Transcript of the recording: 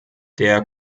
der